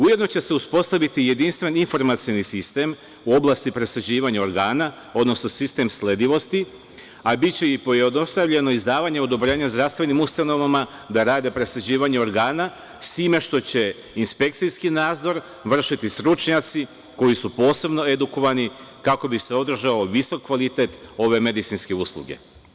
Ujedno će se i uspostaviti jedinstven informacioni sistem u oblasti presađivanja organa, odnosno sistem sledivosti, a biće i pojednostavljeno izdavanje odobrenja zdravstvenim ustanovama da rade presađivanje organa s time što će inspekcijski nadzor vršiti stručnjaci koji su posebno edukovani kako bi se održao visok kvalitet ove medicinske usluge.